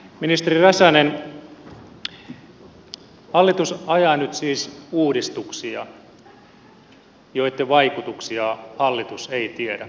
ministeri räsänen hallitus ajaa nyt siis uudistuksia joitten vaikutuksia hallitus ei tiedä